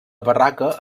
barraca